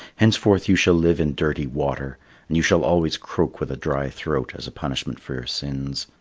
henceforth you shall live in dirty water and you shall always croak with a dry throat, as a punishment for your sins.